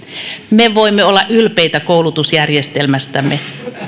me voimme olla ylpeitä koulutusjärjestelmästämme